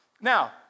Now